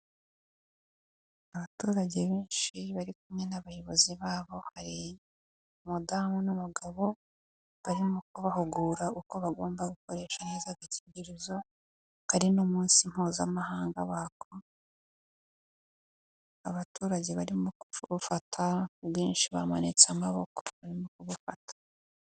Abaturage benshi bari kumwe n'abayobozi babo hari umudamu n'umugabo barimo kubahugura uko bagomba gukoresha neza agakingirizo kari n'umunsi mpuzamahanga wako abaturage barimo kubufata bwinshi bamanitse amaboko barimo kubufata.